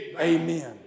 amen